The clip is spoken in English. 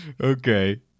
okay